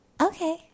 Okay